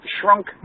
shrunk